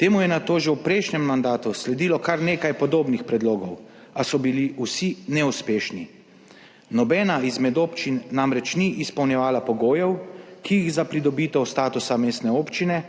Temu je nato že v prejšnjem mandatu sledilo kar nekaj podobnih predlogov, a so bili vsi neuspešni. Nobena izmed občin namreč ni izpolnjevala pogojev, ki jih za pridobitev statusa mestne občine